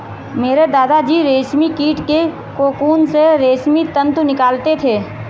मेरे दादा जी रेशमी कीट के कोकून से रेशमी तंतु निकालते थे